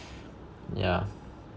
yeah